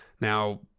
Now